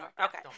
Okay